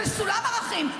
של סולם ערכים,